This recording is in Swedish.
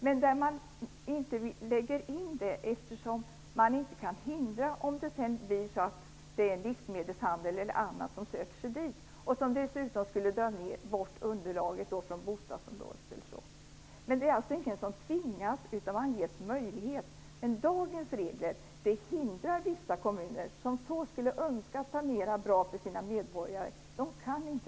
Men man har ingen möjlighet att förhindra en livsmedelshandlare eller annan att söka sig dit, vilket dessutom skulle minska kundunderlaget från bostadsområdet. Dagens regler är ett hinder för vissa kommuner som vill åstadkomma en bra planering för sina medborgare.